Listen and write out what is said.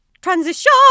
Transition